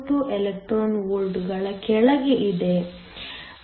42 electron ವೋಲ್ಟ್ಗಳ ಕೆಳಗೆ ಇದೆ